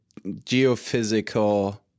geophysical